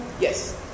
Yes